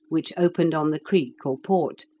which opened on the creek or port,